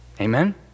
Amen